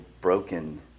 broken